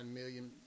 million